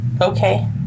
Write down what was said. Okay